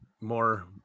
more